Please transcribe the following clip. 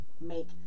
make